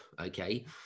okay